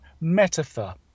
metaphor